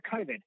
COVID